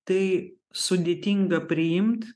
tai sudėtinga priimt